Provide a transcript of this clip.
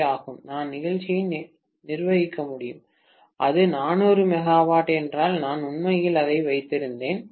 ஏ ஆகும் நான் நிகழ்ச்சியை நிர்வகிக்க முடியும் அது 400 மெகாவாட் என்றால் நான் உண்மையில் அதை வைத்திருந்தேன்